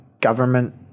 government